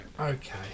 Okay